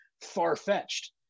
far-fetched